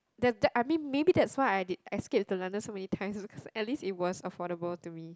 that that I mean maybe that's why I did escape to London so many times is because at least it was affordable to me